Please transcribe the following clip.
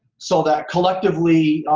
so that collectively.